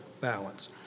balance